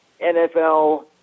NFL